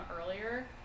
earlier